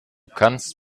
kannst